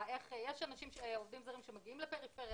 עובדים זרים שמגיעים לפריפריה,